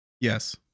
Yes